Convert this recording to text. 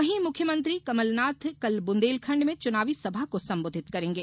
वहीं मुख्यमंत्री कमलनाथ कल ब्ंदेलखंड में चुनावी सभा को संबोधित करेंगे